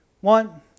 One